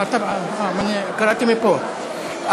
קראתי מפה.